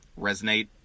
resonate